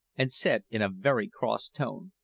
and said in a very cross tone,